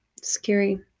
Scary